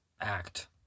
act